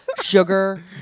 sugar